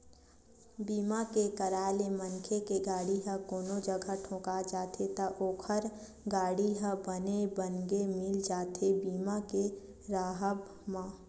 बीमा के कराय ले मनखे के गाड़ी ह कोनो जघा ठोका जाथे त ओखर गाड़ी ह बने बनगे मिल जाथे बीमा के राहब म